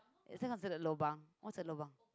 is it consider a lobang what's the lobang